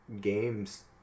games